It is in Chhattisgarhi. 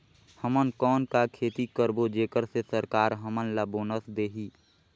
हमन कौन का खेती करबो जेकर से सरकार हमन ला बोनस देही?